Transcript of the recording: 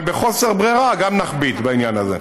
אבל בחוסר ברירה, גם נכביד בעניין הזה.